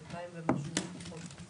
אלפיים ומשהו משפחות.